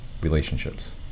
relationships